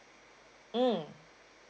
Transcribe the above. mm